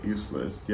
Useless